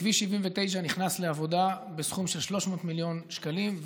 כביש 79 נכנס לעבודה בסכום של 300 מיליון שקלים,